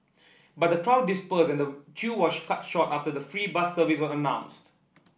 but the crowd dispersed and the queue was cut short after the free bus service was announced